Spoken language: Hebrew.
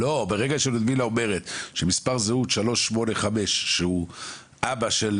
ברגע שלודמילה אומרת שמספר זהות 385 שהוא אבא של